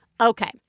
Okay